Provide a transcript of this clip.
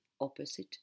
opposite